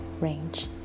range